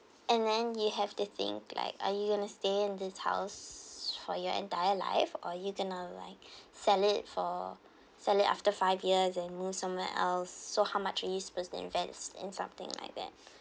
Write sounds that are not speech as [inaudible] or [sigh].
and then you have to think like are you going to stay in this house for your entire life or you going to like [breath] sell it for sell it after five years and move somewhere else so how much are you supposed invest in something like that